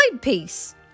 piece